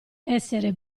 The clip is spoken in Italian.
essere